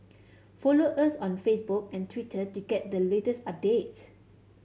follow us on Facebook and Twitter to get the latest updates